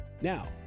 Now